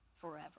forever